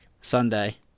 Sunday